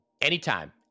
Anytime